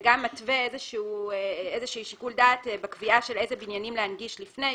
וגם מתווה שיקול דעת בקביעה של איזה בניינים להנגיש לפני,